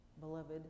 beloved